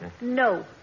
No